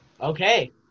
Okay